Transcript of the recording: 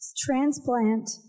transplant